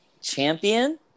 Champion